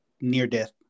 near-death